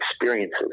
experiences